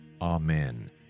Amen